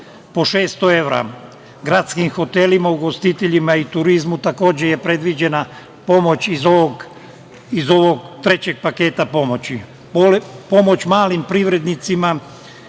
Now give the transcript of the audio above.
po 600 evra. Gradski hotelima, ugostiteljima i turizmu je takođe predviđena pomoć iz ovog trećeg paketa pomoći. Pomoć